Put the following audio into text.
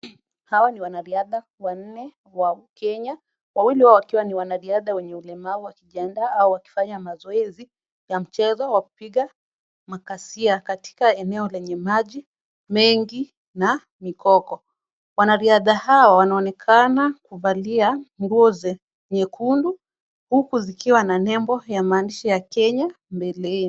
Hawa ni wanariadha wanne wakenya. Wawili wao wakiwa ni wanariadha wenye ulemavu, wakijiandaa au wakifanya mazoezi ya mchezo wa kupiga makasia katika eneo lenye maji mengi na mikoko. Wanariadha hawa wanaonekana kuvalia nguo ze nyekundu huku zikiwa na nembo ya maandishi ya Kenya mbeleni.